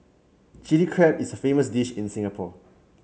Chilli Crab is a famous dish in Singapore